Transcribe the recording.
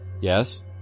Yes